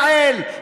יעל,